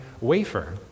wafer